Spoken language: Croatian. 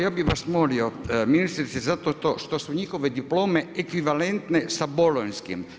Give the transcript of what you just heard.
Ja bih vas molio, ministrici, zato što su njihove diplome ekvivalentne sa bolonjskim.